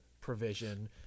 provision